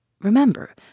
Remember